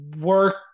work